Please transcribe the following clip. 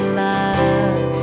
love